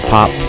Pop